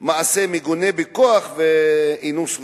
מעשה מגונה בכוח, אינוס ובעילה,